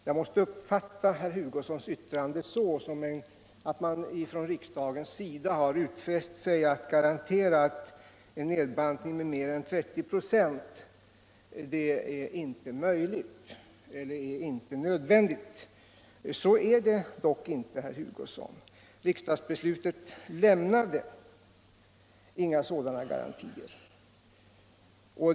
Jag måste uppfatta herr Hugossons yttrande så, att man från riksdagens sida har utfäst sig att garantera att en nedbantning med mer än 30 96 inte skulle bli nödvändig. Så är det dock inte, herr Hugosson. Riksdagsbeslutet lämnade inga sådana garantier.